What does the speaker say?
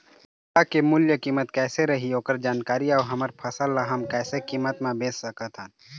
सप्ता के मूल्य कीमत कैसे रही ओकर जानकारी अऊ हमर फसल ला हम कैसे कीमत मा बेच सकत हन?